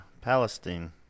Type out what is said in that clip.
Palestine